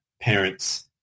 parents